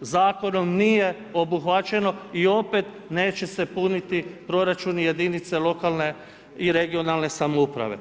Zakonom nije obuhvaćeno i opet neće se puniti proračuni jedinica lokalne i regionalne samouprave.